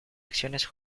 acciones